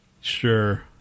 Sure